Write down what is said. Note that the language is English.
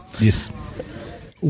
Yes